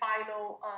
final